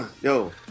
Yo